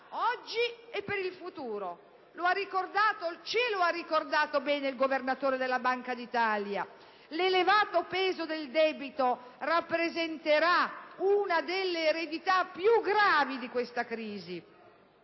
oggi e per il futuro. Ce lo ha ricordato bene anche il Governatore della Banca d'Italia («L'elevato peso del debito rappresenterà una delle eredità più gravi della crisi»)